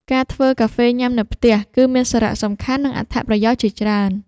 ការធ្វើកាហ្វេញ៉ាំនៅផ្ទះ គឺមានសារៈសំខាន់ និងអត្ថប្រយោជន៍ជាច្រើន។